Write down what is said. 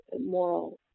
moral